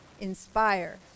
inspire